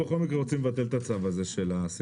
המחייבת בנושא של סימון.